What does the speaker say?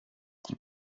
die